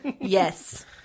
Yes